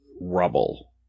rubble